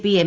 P M